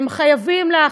הם חייבים לך,